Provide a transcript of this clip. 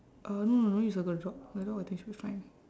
uh no no need circle dog like that I think should be fine